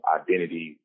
identity